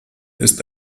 ist